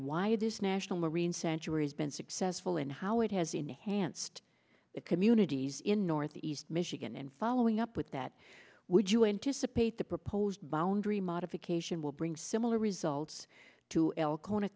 why this national marine sanctuaries been successful and how it has enhanced it communities in northeast michigan and following up with that would you anticipate the proposed boundary modification will bring similar results to el